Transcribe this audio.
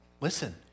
Listen